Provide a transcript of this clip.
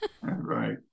Right